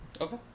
Okay